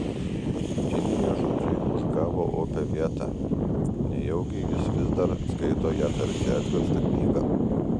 paskutiniai jo žodžiai užgavo opią vietą nejaugi jis vis dar skaito ją tarsi atverstą knygą